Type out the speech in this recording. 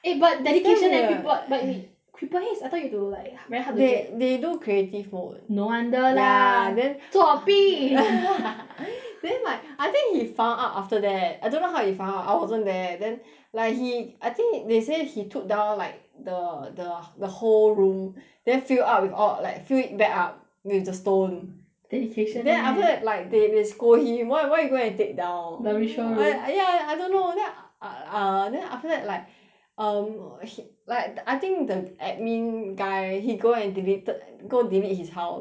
eh but dedication eh be~ bought but we creeper heads I thought need to like like very hard to get wait they do creative mode no wonder lah ya then 作弊 then like I think he found out after that I don't know how he found out I wasn't there then like he I think they say he took down like the the the whole room then fill up with all like fill it back up with the stone dedication leh then after that like they they scold him he why why you go and take down the ritual room are I ya I don't know then uh uh then after that like um he~ like I think the admin guy he go and deleted go delete his house